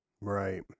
right